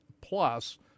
plus